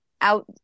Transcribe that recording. out